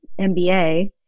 MBA